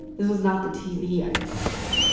this was not the tv i grew up with.